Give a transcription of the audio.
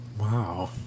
Wow